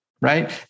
right